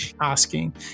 asking